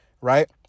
right